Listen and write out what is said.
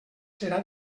serà